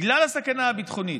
בגלל הסכנה הביטחונית,